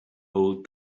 hold